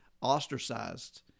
ostracized